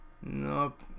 Nope